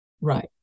Right